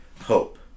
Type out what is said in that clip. hope